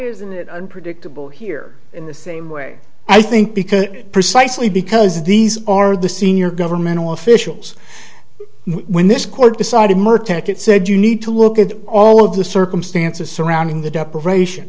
and predictable here in the same way i think because precisely because these are the senior government officials when this court decided more tech it said you need to look at all of the circumstances surrounding the deprivation